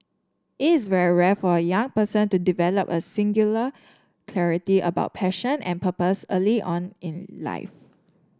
it's very rare for a young person to develop a singular clarity about passion and purpose early on in life